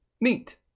Neat